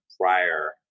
prior